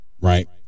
right